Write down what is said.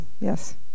Yes